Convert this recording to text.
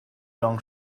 long